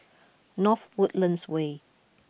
North Woodlands Way